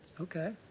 Okay